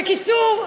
בקיצור,